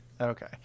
Okay